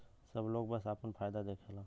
सब लोग बस आपन फायदा देखला